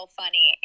funny